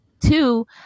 Two